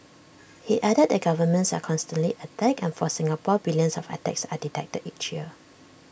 he added the governments are constantly attacked and for Singapore billions of attacks are detected each year